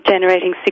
generating